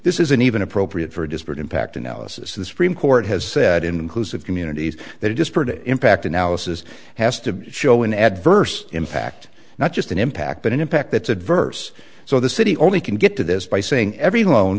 this isn't even appropriate for a disparate impact analysis the supreme court has said in inclusive communities that disparate impact analysis has to show an adverse impact not just an impact but an impact that's adverse so the city only can get to this by saying every loan